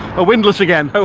a windlass again. a